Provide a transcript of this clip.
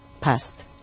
passed